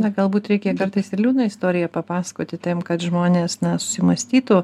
na galbūt reikia kartais ir liūdną istoriją papasakoti tam kad žmonės na susimąstytų